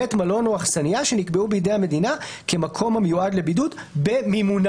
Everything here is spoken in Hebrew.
בית מלון או אכסניה שנקבעו בידי המדינה כמקום המיועד לבידוד במימונה.